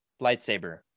lightsaber